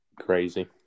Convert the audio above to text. Crazy